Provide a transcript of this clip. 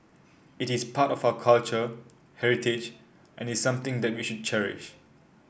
it is part of our culture heritage and is something that we should cherish